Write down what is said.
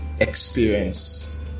experience